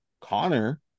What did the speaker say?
Connor